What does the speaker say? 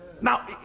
Now